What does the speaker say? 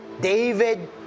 david